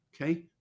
Okay